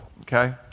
okay